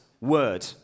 word